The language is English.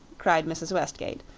cried mrs. westgate.